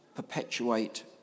Perpetuate